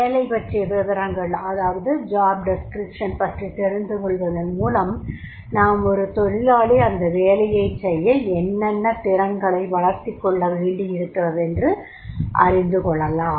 வேலை பற்றிய விவரங்கள் அதாவது ஜாப் டிஸ்க்ரிப்ஷன் பற்றி தெரிந்துகொள்வதன் மூலம் நாம் ஒரு தொழிலாளி அந்த வேலையைச் செய்ய என்னென்ன திறன்களை வளர்த்திக் கொள்ள வேண்டியிருக்கிறதென்று அறிந்துகொள்ளலாம்